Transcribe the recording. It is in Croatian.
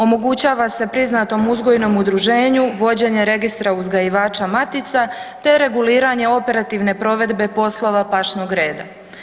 Omogućava se priznatom uzgojnom udruženju vođenje registra uzgajivača matica te reguliranje operativne provedbe poslova pašnog reda.